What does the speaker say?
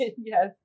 Yes